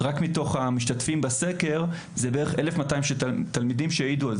מתוך משתתפי הסקר דיווחו על כך 1,200 תלמידים.